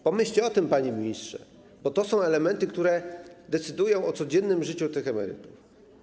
Pomyślcie o tym, panie ministrze, bo to są elementy, które decydują o codziennym życiu emerytów.